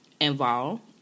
involved